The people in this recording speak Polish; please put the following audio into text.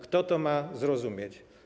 Kto to ma zrozumieć?